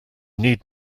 need